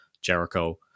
Jericho